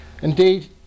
Indeed